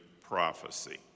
prophecy